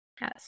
Yes